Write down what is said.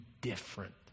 different